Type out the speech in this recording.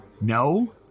no